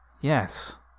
Yes